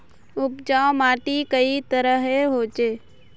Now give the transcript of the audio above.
उपजाऊ माटी कई तरहेर होचए?